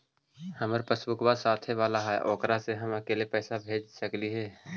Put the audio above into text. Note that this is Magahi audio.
हमार पासबुकवा साथे वाला है ओकरा से हम अकेले पैसावा भेज सकलेहा?